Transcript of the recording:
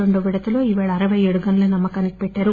రెండవ విడతలో ఈరోజు అరవై ఏడు గనులను అమ్మకానికి పెట్టారు